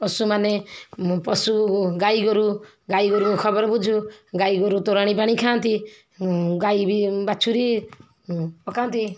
ପଶୁମାନେ ପଶୁ ଗାଈ ଗୋରୁ ଗାଈ ଗୋରୁଙ୍କୁ ଖବର ବୁଝୁ ଗାଈ ଗୋରୁ ତୋରାଣି ପାଣି ଖାଆନ୍ତି ଗାଈ ବି ବାଛୁରୀ ପକାନ୍ତି